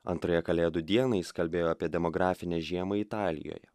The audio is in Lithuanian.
antrąją kalėdų dieną jis kalbėjo apie demografinę žiemą italijoje